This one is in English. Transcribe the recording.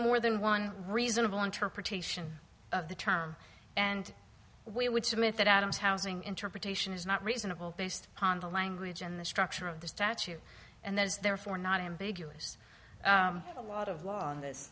more than one reasonable interpretation of the term and we would submit that adam's housing interpretation is not reasonable based upon the language and the structure of the statute and there's therefore not ambiguous a lot of law on this